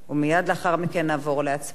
מייד לאחר מכן נעבור להצבעה.